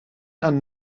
and